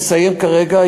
מסיים כרגע,